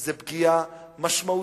זו פגיעה משמעותית